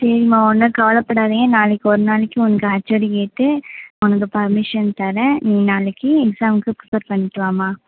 சரிமா ஒன்றும் கவலைப்படாதீங்க நாளைக்கு ஒரு நாளைக்கு உங்கள் ஹச்ஓடியை கேட்டு உனக்கு பர்மிஷன் தரேன் நீ நாளைக்கு எக்ஸாமுக்கு பிரிப்பர் பண்ணிவிட்டு வாம்மா